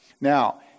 Now